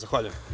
Zahvaljujem.